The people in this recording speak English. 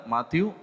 Matthew